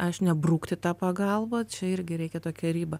aš ne brukti tą pagalbą čia irgi reikia tokią ribą